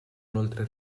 inoltre